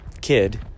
kid